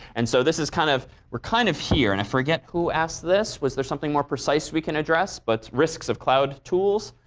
and so this is kind of we're kind of here. and i forget who asked this. was there something more precise we can address? but risks of cloud tools,